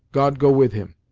god go with him!